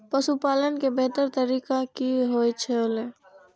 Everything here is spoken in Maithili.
पशुपालन के बेहतर तरीका की होय छल?